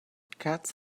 cats